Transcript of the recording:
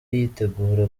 yitegura